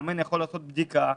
מאמן יכול לעשות בדיקה.